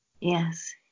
Yes